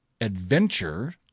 Adventure